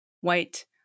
white